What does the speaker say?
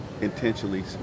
intentionally